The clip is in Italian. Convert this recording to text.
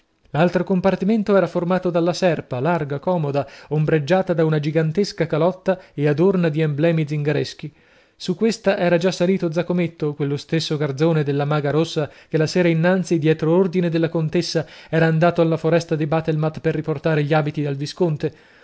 l'altro compartimento era formato dalla serpa larga comoda ombreggiata da una gigantesca calotta e adorna di emblemi zingareschi su questa era già salito zaccometto quello stesso garzone della maga rossa che la sera innanzi dietro ordine della contessa era andato alla foresta di bathelmatt per riportare gli abiti al visconte